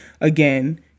Again